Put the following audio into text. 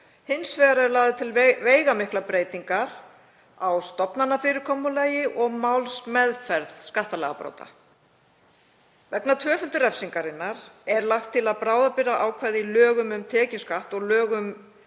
Hins vegar eru lagðar til veigamiklar breytingar á stofnanafyrirkomulagi og málsmeðferð skattalagabrota. Vegna tvöföldu refsingarinnar er lagt til að bráðabirgðaákvæði í lögum um tekjuskatt og lög um